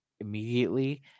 immediately